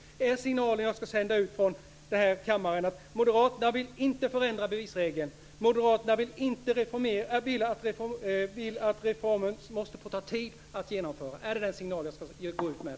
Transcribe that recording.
Är det signalen som jag ska sända ut från denna debatt att moderaterna inte vill förändra bevisreglerna, att moderaterna vill att reformen måste få ta tid att genomföra? Är det den signalen som jag ska gå ut med?